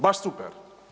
Baš super.